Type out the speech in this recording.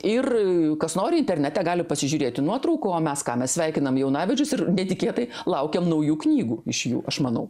ir kas nori internete gali pasižiūrėti nuotraukų o mes ką mes sveikinam jaunavedžius ir netikėtai laukiam naujų knygų iš jų aš manau